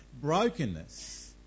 brokenness